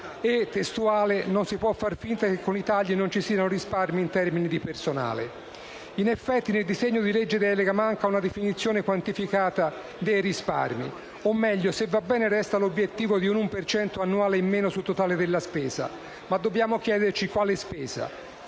e - testuale - «non si può far finta che con i tagli non ci siano risparmi in termini di personale». In effetti, nel disegno di legge delega manca una definizione quantificata dei risparmi. O meglio, se va bene resta l'obiettivo di un 1 per cento annuale in meno sul totale della spesa. Ma dobbiamo chiederci quale spesa: